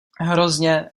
hrozně